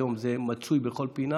היום זה מצוי בכל פינה,